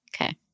Okay